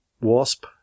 Wasp